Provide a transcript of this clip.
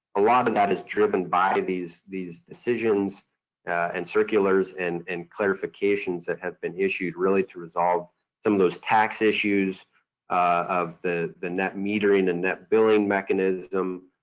a lot of that is driven by these these decisions and circulars and and clarifications that have been issued, really to resolve some of those tax issues of the the net metering, the net billing mechanism,